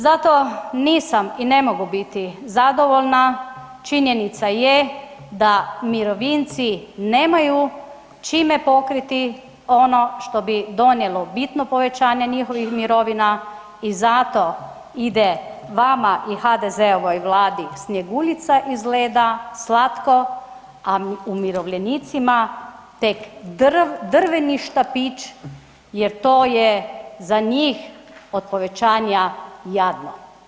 Zato nisam i ne mogu biti zadovoljna, činjenica je da mirovinci nemaju čime pokriti ono što bi donijelo bitno povećanje njihovih mirovina i zato ide vama i HDZ-ovoj vladi Snjeguljica iz Leda, slatko, a umirovljenicima tek drveni štapić jer to je za njih od povećanja jadno.